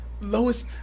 Lois